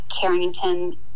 Carrington